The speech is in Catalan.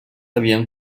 havien